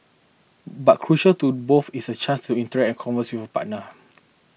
but crucial to both is a chance to interact and converse with a partner